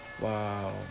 Wow